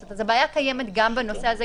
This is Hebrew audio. אז הבעיה קיימת גם בנושא הזה,